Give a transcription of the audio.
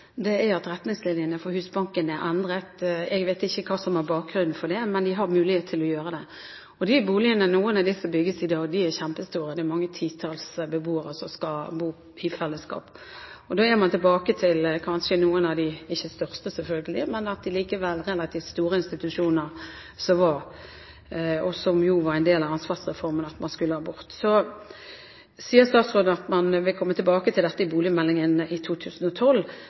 er at retningslinjene for Husbanken er endret. Jeg vet ikke hva som er bakgrunnen for det, men de har mulighet til å gjøre det. Noen av de boligene som bygges i dag, er kjempestore – det er mange titalls boere som skal bo i fellesskap, og da er man tilbake til om ikke de største, selvfølgelig, så likevel relativt store institusjoner som var, og som jo var en del av ansvarsreformen at man skulle ha bort. Så sier statsråden at man vil komme tilbake til dette i boligmeldingen i 2012,